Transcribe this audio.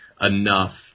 enough